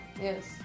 Yes